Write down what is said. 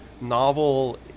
novel